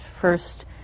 first